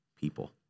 people